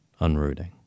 unrooting